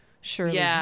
surely